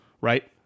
right